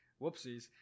Whoopsies